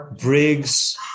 Briggs